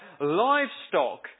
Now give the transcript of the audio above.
livestock